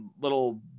little